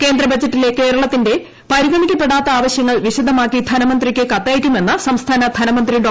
കേന്ദ്ര ബജറ്റിലെ കേരളത്തിന്റെ പരിഗണിക്ക പ്പെടാത്ത ആവശ്യങ്ങൾ വിശദമാക്കി ധനമന്ത്രിക്ക് കത്തയക്കുമെന്ന് സംസ്ഥാന ധനമന്ത്രി ഡോ